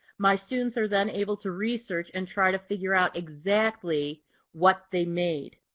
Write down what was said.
my students are then able to research and try to figure out exactly what they made.